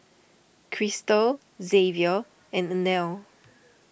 Kristal Xzavier and Inell